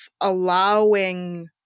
allowing